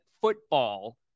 football